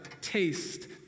taste